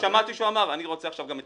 שמעתי שהוא אמר: אני רוצה עכשיו גם את